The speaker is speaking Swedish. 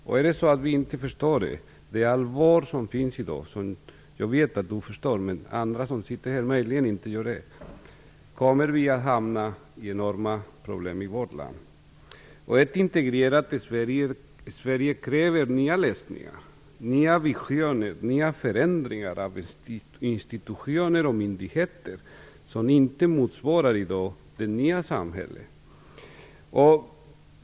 Om vi inte förstår det allvar som finns i dag - jag vet att Anders Sundström förstår, men möjligen finns det andra här som inte förstår - kommer vi att få enorma problem i vårt land. Ett integrerat Sverige kräver nya lösningar, nya visioner och förändringar av institutioner och myndigheter vilka i dag inte motsvarar det nya samhället.